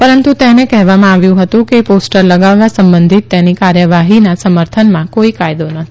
પરંતુ તેને કહેવામાં આવ્યું હતું કે પોસ્ટર લગાવવા સંબંધિત તેની કાર્યવાહીના સમર્થનમાં કોઈ કાયદો નથી